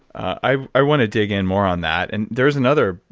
i i want to dig in more on that. and there's another,